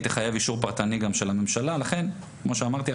היא תחייב אישור פרטני גם של הממשלה ולכן כמו שאמרתי,